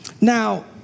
Now